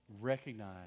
recognize